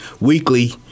Weekly